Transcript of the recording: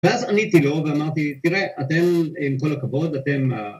ואז עניתי לו ואמרתי תראה אתם עם כל הכבוד אתם